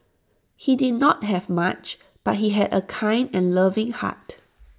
he did not have much but he had A kind and loving heart